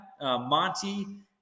Monty